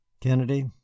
kennedy